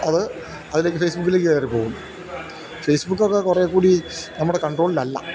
അത് അതിലേക്ക് ഫേസ്ബുക്കിലേക്കു കയറിപ്പോകും ഫേസ്ബുക്കൊക്കെ കുറേക്കൂടി നമ്മുടെ കൺട്രോളിലല്ല